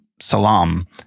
Salam